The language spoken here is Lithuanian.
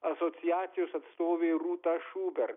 asociacijos atstovė rūta šubert